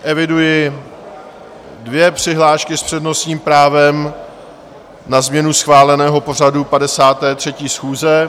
Eviduji dvě přihlášky s přednostním právem na změnu schváleného pořadu 53. schůze.